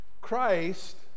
Christ